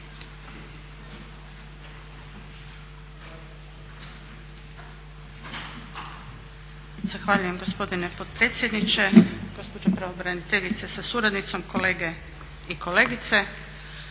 poštovana gospođo potpredsjednice, gospođo pravobraniteljice sa suradnicom, kolegice i kolege.